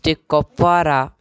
district Kupwara